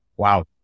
Wow